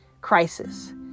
crisis